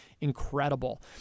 incredible